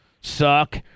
suck